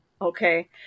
Okay